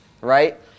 right